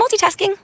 multitasking